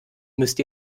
müsst